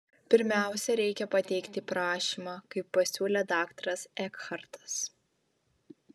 pirmiausia reikia pateikti prašymą kaip pasiūlė daktaras ekhartas